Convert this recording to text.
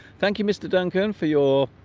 thank you mr. duncan for your